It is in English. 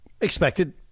Expected